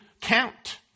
count